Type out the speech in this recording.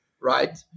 right